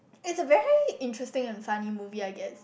it's a very interesting and funny movie I guess